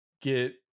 get